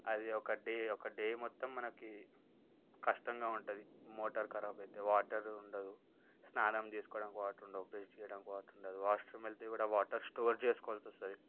అది ఒక డే ఒక డే మొత్తం మనకి కష్టంగా ఉంటుంది మోటార్ ఖరాబైతే వాటర్ ఉండదు స్నానం చేసుకోనికి వాటర్ ఉండవు బ్రష్ చెయ్యడానికి వాటర్ ఉండదు వాష్రూమ్ వెళ్తే కూడా వాటర్ స్టోర్ చేసుకోవాల్సి వస్తుంది